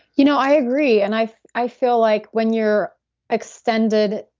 you know i agree. and i i feel like when you're extended.